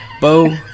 Bo